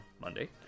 Monday